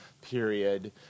period